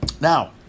Now